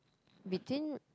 between